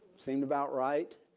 seemed about right.